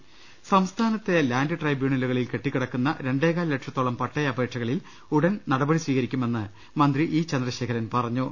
ദർവ്വഹി സംസ്ഥാനത്തെ ലാൻഡ് ട്രൈബ്യൂണലുകളിൽ കെട്ടിക്കിടക്കുന്ന രണ്ടേകാൽ ഘക്ഷത്തോളം പട്ടയ അപേക്ഷകളിൽ ഉടൻ നടപടി സ്വീകരിക്കുമെന്ന് മന്ത്രി ഇ ചന്ദ്രശേഖരൻ പറഞ്ഞു